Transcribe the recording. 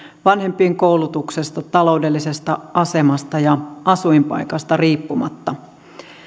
vanhempien koulutuksesta taloudellisesta asemasta ja asuinpaikasta riippumatta